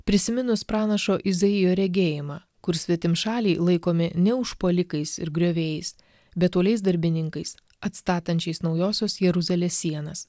prisiminus pranašo izaijo regėjimą kur svetimšaliai laikomi ne užpuolikais ir griovėjais bet uoliais darbininkais atstatančiais naujosios jeruzalės sienas